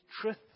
truth